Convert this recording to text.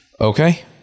okay